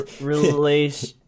Relation